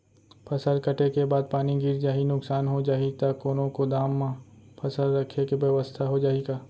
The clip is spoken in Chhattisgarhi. फसल कटे के बाद पानी गिर जाही, नुकसान हो जाही त कोनो गोदाम म फसल रखे के बेवस्था हो जाही का?